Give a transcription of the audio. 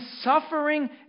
suffering